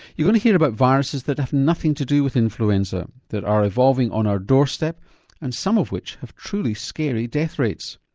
you're going to hear about viruses that have nothing to do with influenza, that are evolving on our doorstep and some of which have truly scary death rates.